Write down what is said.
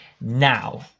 Now